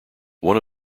one